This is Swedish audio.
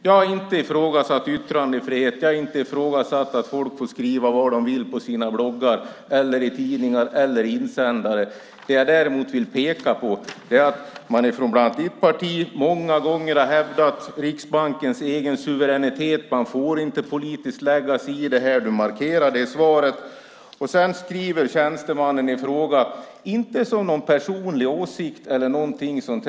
Jag har inte ifrågasatt yttrandefrihet eller att människor får skriva vad de vill i tidningar, bloggar eller insändare. Det jag däremot vill peka på är att man från bland annat ditt parti många gånger har hävdat Riksbankens egen suveränitet. Man får inte politiskt lägga sig i, och du markerar det i svaret. Tjänstemannen i fråga skriver inte som någon personlig åsikt eller någonting sådant.